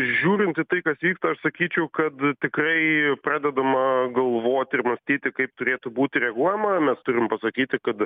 žiūrint į tai kas vyksta aš sakyčiau kad tikrai pradedama galvoti ir mąstyti kaip turėtų būti reaguojama mes turim pasakyti kad